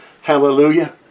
Hallelujah